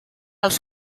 els